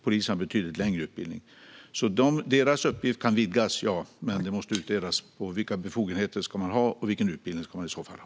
Polisen har betydligt längre. Deras uppgift kan vidgas, men det måste först utredas vilka befogenheter och vilken utbildning de ska ha.